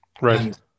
Right